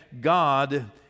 God